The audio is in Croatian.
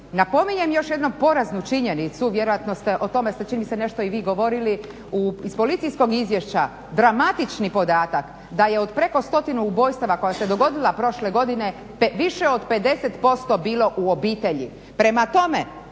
Napominjem još jednom poraznu činjenicu vjerojatno ste o tome ste čini mi se nešto i vi govorili iz policijskog izvješća dramatični podatak da je od preko stotinu ubojstava koja su se dogodila prošle godine više od 50% bilo u obitelji. Prema tome